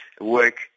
work